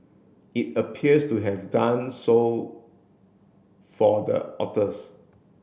it appears to have done so for the authors